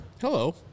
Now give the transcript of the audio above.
Hello